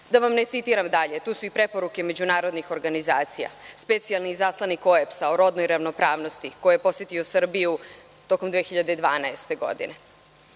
Da vam ne citiram dalje. Tu su i preporuke međunarodnih organizacija, specijalni izaslanik OEBS-a o rodnoj ravnopravnosti koji je posetio Srbiju tokom 2012. godine,